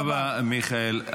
תודה רבה, מיכאל.